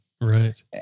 Right